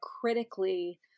critically